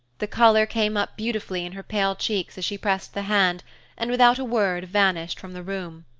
the color came up beautifully in her pale cheeks as she pressed the hand and without a word vanished from the room.